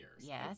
yes